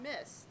missed